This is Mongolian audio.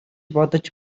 бодож